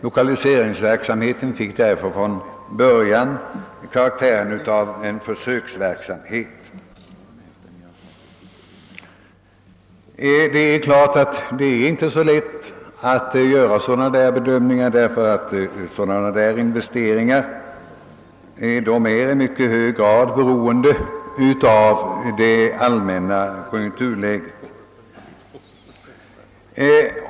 Lokaliseringsverksamheten fick därför från början karaktären av försöksverksamhet. Det är naturligtvis inte lätt att göra sådana bedömningar, eftersom investeringarna i mycket hög grad är beroende av det allmänna konjunkturläget.